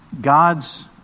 God's